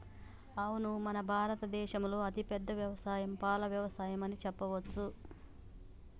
అవును మన భారత దేసంలో అతిపెద్ద యవసాయం పాల యవసాయం అని చెప్పవచ్చు